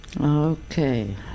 Okay